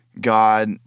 God